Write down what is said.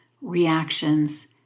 reactions